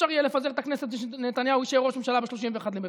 אפשר לפזר את הכנסת ושנתניהו יישאר ראש ממשלה ב-31 במרץ,